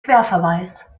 querverweis